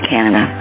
Canada